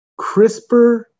CRISPR